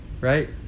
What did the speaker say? Right